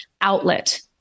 outlet